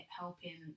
helping